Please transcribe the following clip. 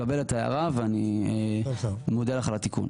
אבל אני מקבל את ההערה ומודה לך על התיקון.